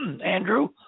andrew